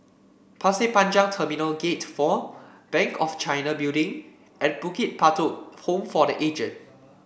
Pasir Panjang Terminal Gate Four Bank of China Building and Bukit Batok Home for The Aged